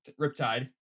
Riptide